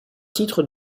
titre